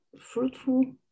fruitful